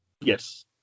Yes